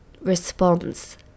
response